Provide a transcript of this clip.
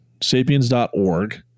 sapiens.org